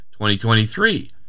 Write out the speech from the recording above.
2023